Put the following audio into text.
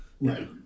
Right